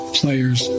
players